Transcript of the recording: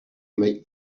make